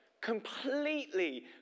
completely